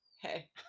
hey